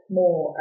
more